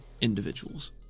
individuals